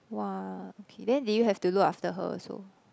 !wah! okay then did you have to look after her also